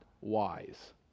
wise